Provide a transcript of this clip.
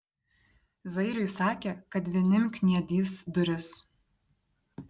zairiui sakė kad vinim kniedys duris